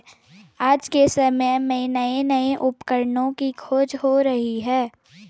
आज के समय में नये नये उपकरणों की खोज हो रही है